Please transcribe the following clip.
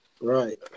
Right